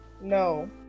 No